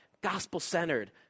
gospel-centered